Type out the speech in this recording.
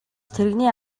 тэрэгний